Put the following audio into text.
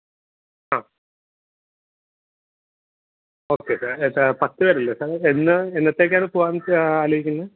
അ okay sir എത്ര പത്ത് പേരല്ലെ സാർ എന്നാണ് എന്നത്തേക്കാണ് പോവാൻ ചാ ആലോചിക്കുന്നത്